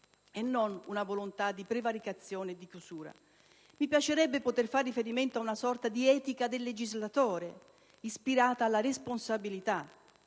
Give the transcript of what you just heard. e non una volontà di prevaricazione e di chiusura. Mi piacerebbe poter fare riferimento a una sorta di etica del legislatore, ispirata alla responsabilità.